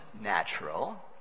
natural